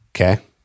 Okay